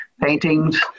paintings